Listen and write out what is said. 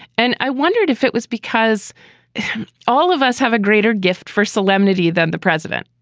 and i wondered if it was because all of us have a greater gift for solemnity than the president.